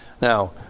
Now